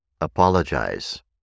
apologize